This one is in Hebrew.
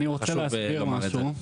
אני רוצה להסביר משהו.